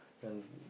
then